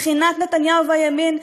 מבחינת נתניהו והימין,